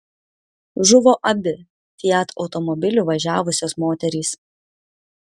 žuvo abi fiat automobiliu važiavusios moterys